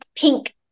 pink